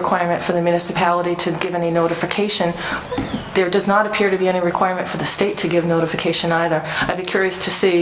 requirement for the municipality to give any notification there does not appear to be any requirement for the state to give notification either i'd be curious to see